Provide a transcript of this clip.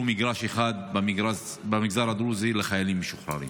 מגרש אחד במגזר הדרוזי לחיילים משוחררים?